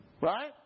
right